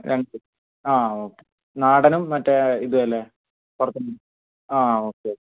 രണ്ട് ആ ഓക്കെ നാടനും മറ്റേ ഇതും അല്ലെ പുറത്തു നിന്ന് ആ ഓക്കെ